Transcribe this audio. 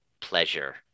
pleasure